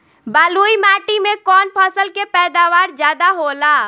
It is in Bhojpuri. बालुई माटी में कौन फसल के पैदावार ज्यादा होला?